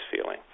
feeling